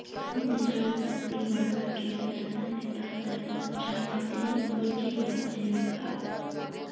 उपजाऊ शक्ति बढ़वार केते रासायनिक खाद ज्यादा अच्छा होचे या जैविक खाद?